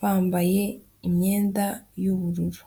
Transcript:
bambaye imyenda y'ubururu.